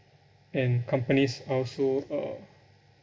and companies are also uh